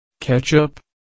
Ketchup